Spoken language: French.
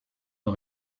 aux